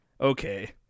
okay